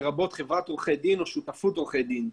לרבות חברת עורכי דין או שותפות עורכי דין".